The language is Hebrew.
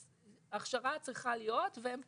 אז הכשרה צריכה להיות והם